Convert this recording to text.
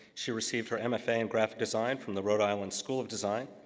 she received her mfa in graphic design from the rhode island school of design.